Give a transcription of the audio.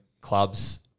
clubs